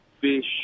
fish